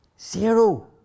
Zero